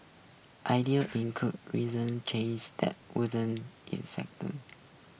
ideas included reason changes that wouldn't infect